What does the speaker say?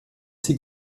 sie